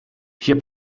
hier